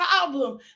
problem